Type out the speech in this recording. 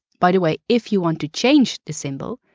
by the way, if you want to change this symbol,